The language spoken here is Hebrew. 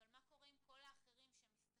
אבל מה קורה עם כל האחרים שמסתכלים